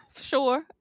sure